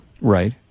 Right